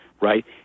Right